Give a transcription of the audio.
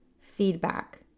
feedback